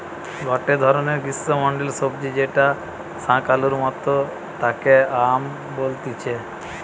গটে ধরণের গ্রীষ্মমন্ডলীয় সবজি যেটা শাকালুর মতো তাকে য়াম বলতিছে